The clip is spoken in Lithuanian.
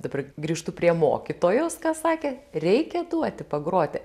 dabar grįžtu prie mokytojos ką sakė reikia duoti pagroti